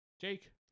Jake